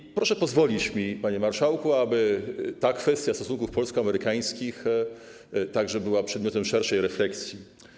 I proszę pozwolić mi, panie marszałku, aby ta kwestia stosunków polsko-amerykańskich także była przedmiotem szerszej refleksji.